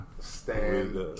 stand